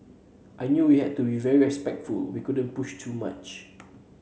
I knew we had to be very respectful we couldn't push too much